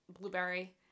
blueberry